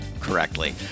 correctly